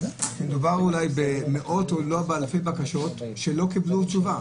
מדובר אולי במאות או אלפי בקשות שלא קיבלו תשובה.